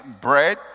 bread